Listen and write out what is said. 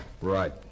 Right